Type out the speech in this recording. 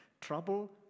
Trouble